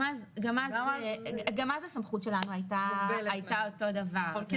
גם אז הסמכות שלנו היתה אותו דבר.